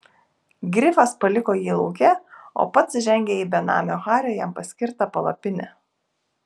grifas paliko jį lauke o pats žengė į benamio hario jam paskirtą palapinę